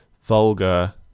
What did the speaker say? vulgar